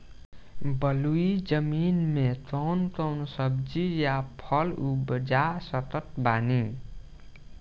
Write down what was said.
बलुई जमीन मे कौन कौन सब्जी या फल उपजा सकत बानी?